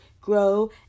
grow